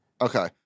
Okay